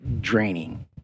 draining